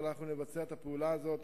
אבל אנחנו נבצע את הפעולה הזאת,